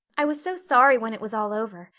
i was so sorry when it was all over,